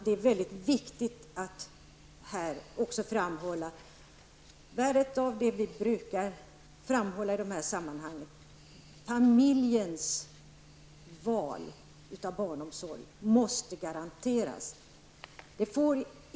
Det är mycket viktigt att här också framhålla värdet av det som vi brukar understryka i dessa sammanhang: familjens val av barnomsorg måste garanteras.